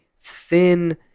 thin